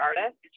artist